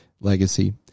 legacy